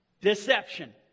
Deception